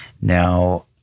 Now